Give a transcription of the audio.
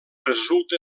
resulta